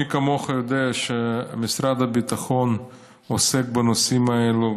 מי כמוך יודע שמשרד הביטחון עוסק בנושאים האלה,